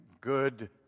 good